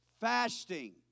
fasting